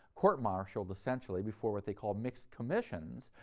court-martialed essentially before what they called mixed commissions,